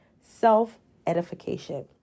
self-edification